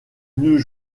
mieux